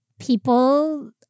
people